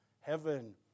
Heaven